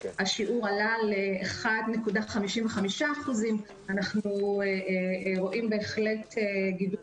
השיעור עלה ל- 1.55%. אנחנו רואים בהחלט גידול